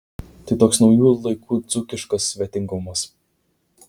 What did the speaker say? tai toks naujųjų laikų dzūkiškas svetingumas